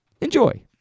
Enjoy